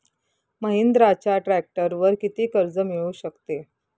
महिंद्राच्या ट्रॅक्टरवर किती कर्ज मिळू शकते?